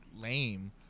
lame